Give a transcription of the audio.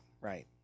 right